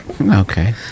Okay